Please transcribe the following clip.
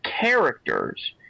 characters